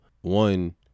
one